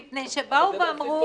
מפני שאמרו,